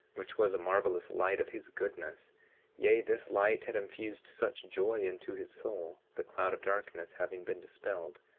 which was a marvelous light of his goodness yea, this light had infused such joy into his soul, the cloud of darkness having been dispelled,